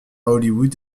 hollywood